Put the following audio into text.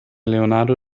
leonardo